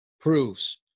proves